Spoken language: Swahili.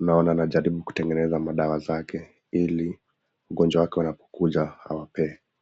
naona anajaribu kutengeneza madawa zake ili wagonjwa wake wanapokuja awapee.